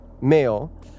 male